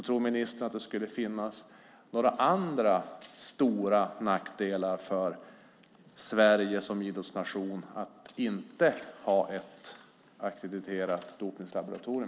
Tror ministern att det skulle innebära några andra stora nackdelar för Sverige som idrottsnation att inte ha ett ackrediterat dopningslaboratorium?